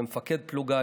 כמפקד פלוגה,